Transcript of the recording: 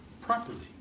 properly